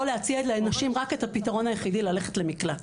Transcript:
להציע לנשים רק את הפתרון היחידי ללכת למקלט.